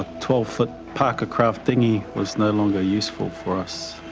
twelve foot parker craft dinghy was no longer useful for us,